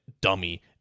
dummy